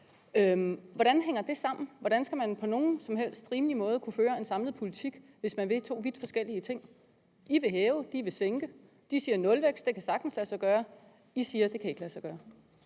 Hvordan hænger det sammen? Hvordan skal man på nogen som helst rimelig måde kunne føre en samlet politik, hvis man vil to vidt forskellige ting? Dansk Folkeparti vil hæve; Venstre vil sænke. De siger, at nulvækst sagtens kan lade sig gøre; Dansk Folkeparti siger, det ikke kan lade sig gøre.